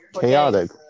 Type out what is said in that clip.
chaotic